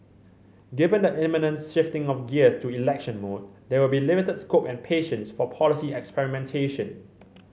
given the imminent shifting of gears to election mode there will be limited scope and patience for policy experimentation